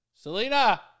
Selena